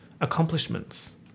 Accomplishments